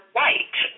white